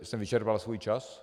Už jsem vyčerpal svůj čas?